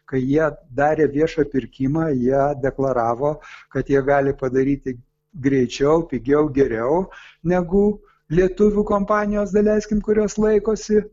kai jie darė viešą pirkimą ją deklaravo kad jie gali padaryti greičiau pigiau geriau negu lietuvių kompanijos daleiskim kurios laikosi